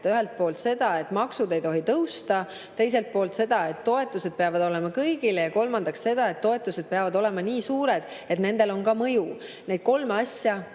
Ühelt poolt seda, et maksud ei tohi tõusta, teiselt poolt seda, et toetused peavad olema kõigile, ja kolmandaks seda, et toetused peavad olema nii suured, et nendel on ka mõju. Neid kolme asja